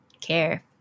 care